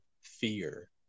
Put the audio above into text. fear